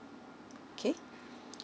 okay